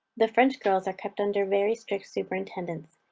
the french girls are kept under very strict superintendence.